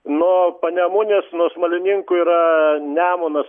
nuo panemunės nuo smalininkų yra nemunas